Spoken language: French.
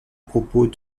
propos